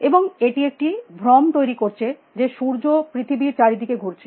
এবং এটি একটি ভ্রম তৈরী করছে যে সূর্য পৃথিবীর চারিদিকে ঘুরছে